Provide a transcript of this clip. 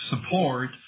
support